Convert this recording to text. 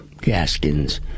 Gaskins